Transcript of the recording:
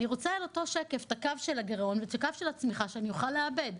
אני רוצה על אותו שקף את הקו של הגירעון ואת הקו של הצמיחה שאוכל לעבד.